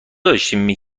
داشتین